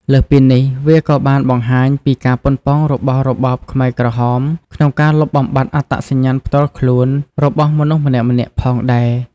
លើសពីនេះ វាក៏បានបង្ហាញពីការប៉ុនប៉ងរបស់របបខ្មែរក្រហមក្នុងការលុបបំបាត់ អត្តសញ្ញាណផ្ទាល់ខ្លួន របស់មនុស្សម្នាក់ៗផងដែរ។